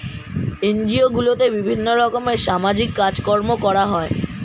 NGO গুলোতে বিভিন্ন রকমের সামাজিক কাজকর্ম করা হয়